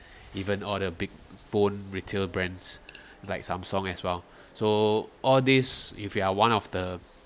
even all the big bone retail brands like Samsung as well so all these if you are one of the